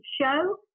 show